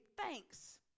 thanks